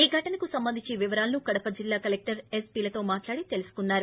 ఈ ఘటనకు సంబంధించిన వివరాలను కడప జిల్లా కలెక్షర్ ఎస్సీలతో మాట్లాడి తెలుసుకున్నారు